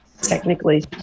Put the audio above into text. technically